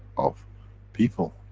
of people,